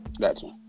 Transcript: Gotcha